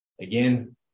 Again